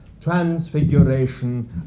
transfiguration